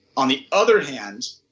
on the other hand,